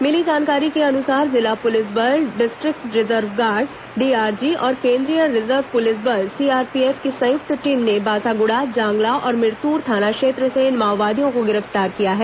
मिली जानकारी के अनुसार जिला पुलिस बल डिस्ट्रिक्ट रिजर्व गार्ड डीआरजी और केंद्रीय रिजर्व पुलिस बल सीआरपीएफ की संयुक्त टीम ने बासाग्र्डा जांगला और मिरतूर थाना क्षेत्र से इन माओवादियों को गिरफ्तार किया है